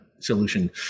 solution